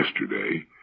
yesterday